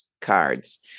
cards